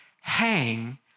hang